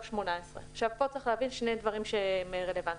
2018. פה צריך להבין שני דברים שהם רלבנטיים: